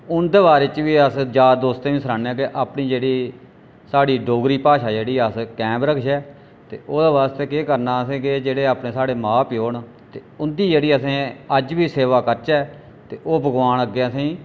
जेह्ड़े उं'दे बारे च बी अस यार दोस्तें गी बी सनान्ने आं कि अपनी जेह्ड़ी साढ़ी डोगरी भाशा ऐ जेह्ड़ी अस कैम रक्खचै ते ओह्दे आस्तै केह् करना असें कि जेह्ड़े अपने साढ़े मां प्यो ते उं'दी जेह्ड़ी असें अज्ज बी सेवा करचै ते ओह् भगोआन अग्गें असें गी